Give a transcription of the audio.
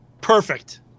perfect